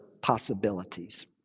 possibilities